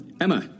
Emma